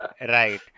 right